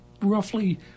roughly